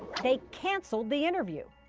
they cancelled the interview.